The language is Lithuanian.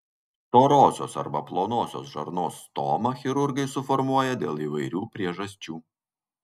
storosios arba plonosios žarnos stomą chirurgai suformuoja dėl įvairių priežasčių